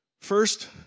First